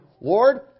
Lord